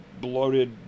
bloated